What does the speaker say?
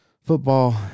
football